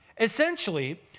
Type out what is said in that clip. Essentially